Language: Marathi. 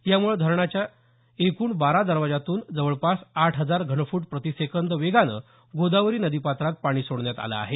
यामुळे धरणाच्या एकूण बारा दरवाजातून जवळपास आठ हजार घनफूट प्रतिसेकंद वेगानं गोदावरी नदीपात्रात पाणी सोडण्यात आलं आहे